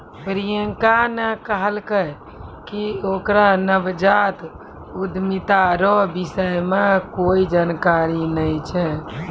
प्रियंका ने कहलकै कि ओकरा नवजात उद्यमिता रो विषय मे कोए जानकारी नै छै